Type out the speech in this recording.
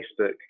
Facebook